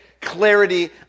clarity